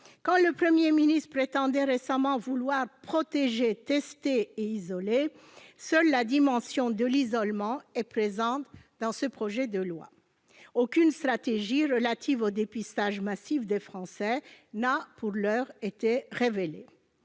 gaz ? Le Premier ministre prétendait récemment vouloir protéger, tester, isoler, mais seule la dimension de l'isolement est présente dans ce projet de loi. Aucune stratégie relative au dépistage massif des Français n'a encore été révélée.